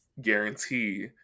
guarantee